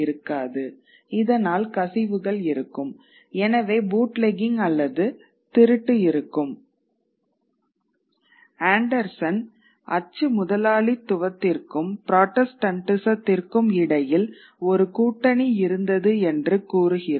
இதனால் கசிவுகள் இருக்கும் எனவே பூட்லெக்கிங் அல்லது திருட்டு இருக்கும் ஆண்டர்சன் அச்சு முதலாளித்துவத்திற்கும் புராட்டஸ்டன்டிசத்திற்கும் இடையில் ஒரு கூட்டணி இருந்தது என்று கூறுகிறார்